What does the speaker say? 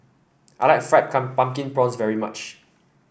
I like Fried Pumpkin Prawns very much